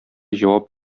җавап